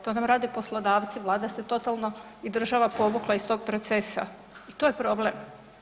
To nam rade poslodavci, Vlada se totalno i država povukla iz tog procesa i to je problem.